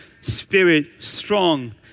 spirit-strong